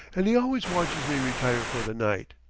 and he always watches me retire for the night.